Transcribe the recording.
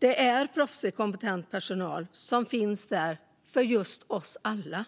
Personalen som finns är proffsig och kompetent och finns till hands för oss alla